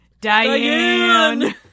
Diane